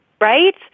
Right